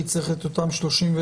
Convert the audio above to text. יהיה לפחות סכום בסיסי,